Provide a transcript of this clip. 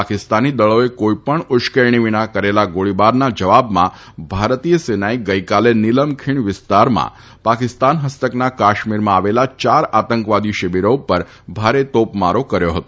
પાકિસ્તાની દળોએ કોઈપણ ઉશ્કેરણી વિના કરેલા ગોળીબારના જવાબમાં ભારતીય સેનાએ ગઈકાલે નિલમ ખીણ વિસ્તારમાં પાકિસ્તાન હસ્તકના કાશ્મીરમાં આવેલા ચાર આતંકવાદી શિબિરો ઉપર ભારે તોપમારો કર્યો હતો